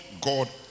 God